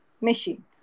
machine